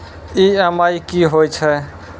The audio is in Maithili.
ई.एम.आई कि होय छै?